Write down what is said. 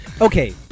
Okay